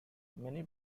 many